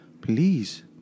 Please